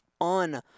on